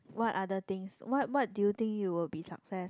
what other things what what do you think you will be success